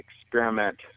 experiment